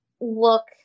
look